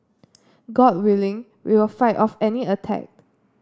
god willing we will fight off any attack